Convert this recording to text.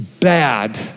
bad